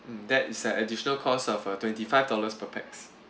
mm that is an additional cost uh for twenty five dollars per pax